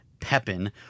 Pepin